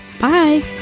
bye